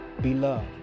Beloved